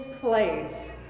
place